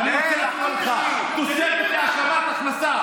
אני רוצה להראות לך תוספת להשלמת הכנסה,